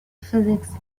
physics